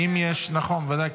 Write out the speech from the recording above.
אם יש, נכון, בוודאי.